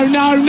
no